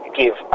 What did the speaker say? give